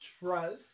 Trust